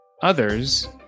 others